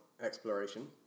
exploration